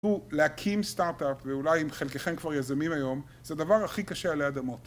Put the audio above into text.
להקים סטארט-אפ, ואולי אם חלקכם כבר יזמים היום, זה הדבר הכי קשה עלי אדמות.